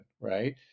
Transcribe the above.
right